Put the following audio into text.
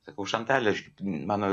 sakau šantal aš mano